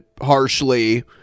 harshly